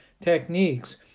techniques